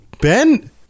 Ben